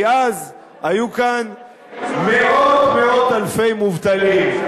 כי אז היו כאן מאות-מאות אלפי מובטלים.